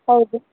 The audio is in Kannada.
ಹೌದು